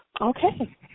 Okay